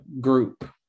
group